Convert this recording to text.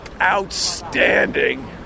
outstanding